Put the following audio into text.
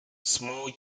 small